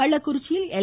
கள்ளக்குறிச்சியில் எல்